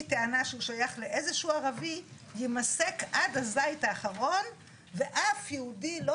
טענה שהוא שייך לאיזשהו ערבי יימסק עד הזית האחרון ואף יהודי לא,